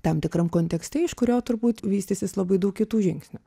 tam tikram kontekste iš kurio turbūt vystysis labai daug kitų žingsnių